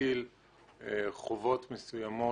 מטיל חובות מסוימים